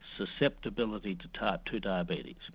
susceptibility to type two diabetes.